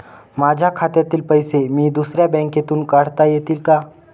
माझ्या खात्यातील पैसे मी दुसऱ्या बँकेतून काढता येतील का?